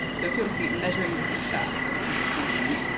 so if you are looking at measuring the success of a piece of content,